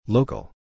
Local